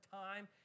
time